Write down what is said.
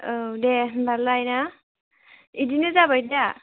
औ दे होनबालाय ना बिदिनो जाबाय दा